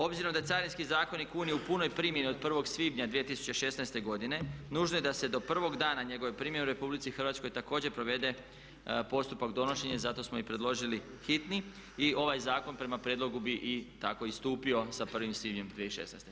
Obzirom da je carinski zakonik Unije u punoj primjeni od 1.svibnja 2016. godine nužno je da se do punog dana njegove primjene u RH također provede postupak donošenja, zato smo i predložili hitni i ovaj zakon prema prijedlogu bi i tako istupio sa 1.svibnjem 2016.